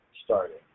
Started